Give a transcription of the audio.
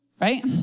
Right